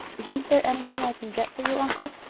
isn't there anything i can get for you, uncle?